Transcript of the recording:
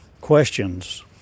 questions